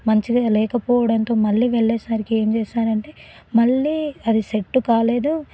మంచిగా లేకపోవడంతో మళ్ళీ వెళ్ళేసరికి ఏం చేశారంటే మళ్ళీ అది సెట్టు కాలేదు